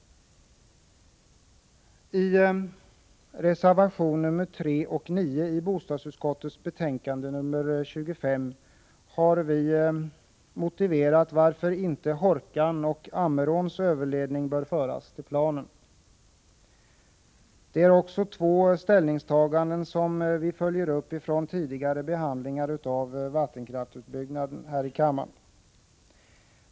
I reservationerna 3 och 9 till bostadsutskottets betänkande 25 har vi motiverat varför Hårkan och Ammeråns överledning inte bör föras till planen. Också det är två ställningstaganden som vi följer upp från tidigare behandling här i kammaren av vattenkraftsutbyggnaden.